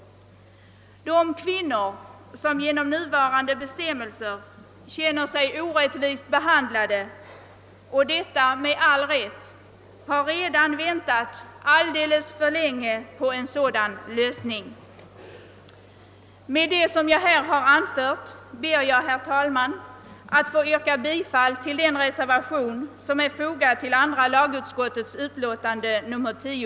De kvinnor som på grund av nuvarande bestämmelser med all rätt känner sig orättvist behandlade har redan väntat alldeles för länge på en sådan lösning. Med det som jag här har anfört ber jag, herr talman, att få yrka bifall till den reservation som är fogad till andra lagutskottets utlåtande nr 10.